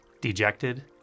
dejected